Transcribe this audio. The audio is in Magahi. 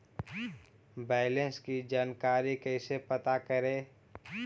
बैलेंस की जानकारी कैसे प्राप्त करे?